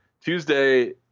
Tuesday